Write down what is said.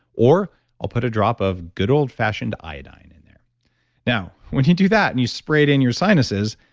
or i'll put a drop of good old fashioned iodine in there now, when you do that and you spray it in your sinuses,